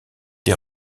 des